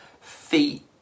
feet